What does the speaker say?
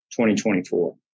2024